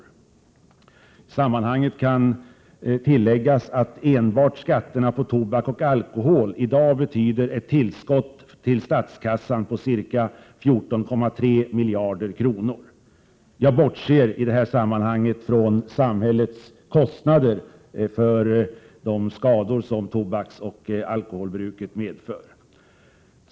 I sammanhanget kan tilläggas att enbart skatterna på tobak och alkohol i dag betyder ett tillskott till statskassan på ca 14,3 miljarder. Jag bortser då från samhällets kostnader för de skador som tobaksoch alkoholbruket medför.